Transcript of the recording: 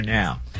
now